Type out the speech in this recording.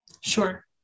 Sure